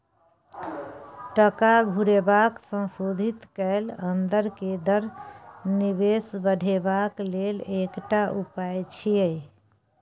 टका घुरेबाक संशोधित कैल अंदर के दर निवेश बढ़ेबाक लेल एकटा उपाय छिएय